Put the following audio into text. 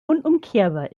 unumkehrbar